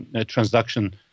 transaction